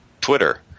Twitter